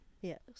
yes